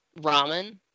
ramen